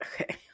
Okay